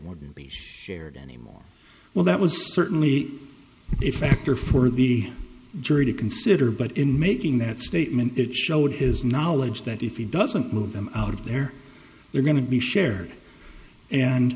wouldn't be shared anymore well that was certainly it factor for the jury to consider but in making that statement it showed his knowledge that if he doesn't move them out of there they're going to be shared and